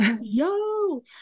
Yo